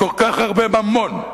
וכל כך הרבה ממון,